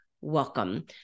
welcome